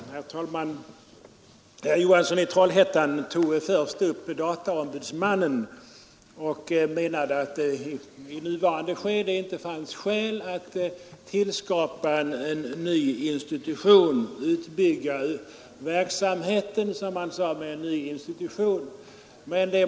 Herr talman! Herr Johansson i Trollhättan menade beträffande dataombudsmannen att det i nuvarande skede inte finns skäl att skapa en ny institution — utbygga verksamheten med en ny institution, som han sade.